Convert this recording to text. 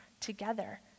together